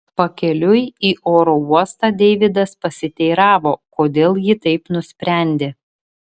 pakeliui į oro uostą deividas pasiteiravo kodėl ji taip nusprendė